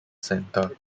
centre